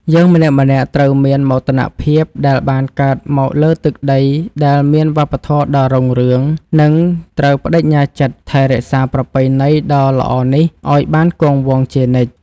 យើងម្នាក់ៗត្រូវមានមោទនភាពដែលបានកើតមកលើទឹកដីដែលមានវប្បធម៌ដ៏រុងរឿង និង ត្រូវប្តេជ្ញាចិត្តថែរក្សាប្រពៃណីដ៏ល្អនេះឱ្យបានគង់វង្សជានិច្ច។